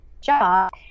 job